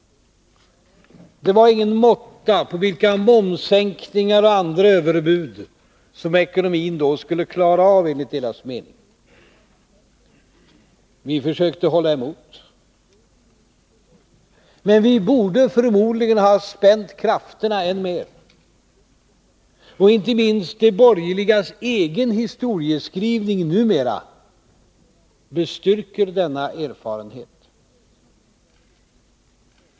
Det var ingen måtta på vilka momssänkningar och andra överbud som ekonomin då skulle klara av, enligt deras mening. Vi försökte hålla emot. Men vi borde förmodligen ha spänt krafterna än mer. Och inte minst de borgerligas egen historieskrivning numera bestyrker denna erfarenhet.